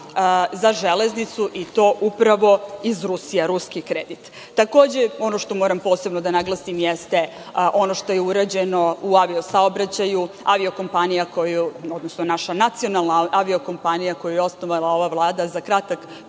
za železnicu, i to upravo iz Rusije, ruski kredit. Takođe, ono što moram posebno da naglasim jeste ono što je urađeno u avio-saobraćaju, naša nacionalna avio-kompanija koju je osnovala ova Vlada za kratak